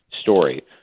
story